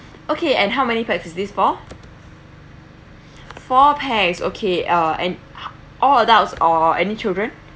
okay and how many pax is this for four pax okay uh and all adults or any children